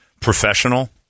professional